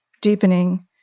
deepening